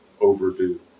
overdue